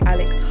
Alex